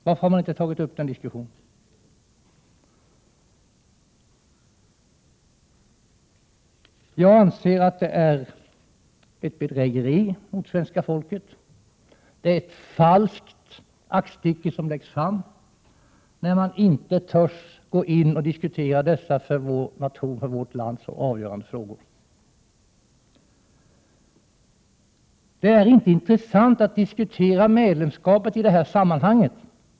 Varför har man inte tagit upp den diskussionen? Jag anser att det är ett bedrägeri mot svenska folket. Det är ett falskt aktstycke som läggs fram, när man inte törs gå in och diskutera dessa för vårt land så avgörande frågor. Det är inte intressant att diskutera medlemskapet i det här sammanhanget.